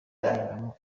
aririmbamo